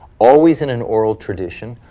always in an oral tradition,